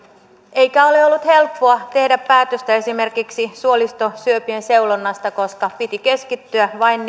eikä ole ollut helppoa tehdä päätöstä esimerkiksi suolistosyöpien seulonnasta koska piti keskittyä vain